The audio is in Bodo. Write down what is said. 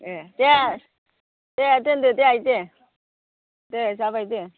ए दे दे दोन्दो दे आइ दे दे जाबाय दे